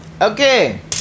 Okay